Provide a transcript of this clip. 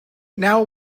now